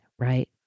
right